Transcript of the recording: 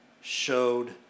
showed